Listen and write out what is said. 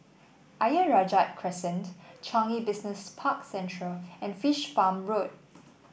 Ayer Rajah Crescent Changi Business Park Central and Fish Farm Road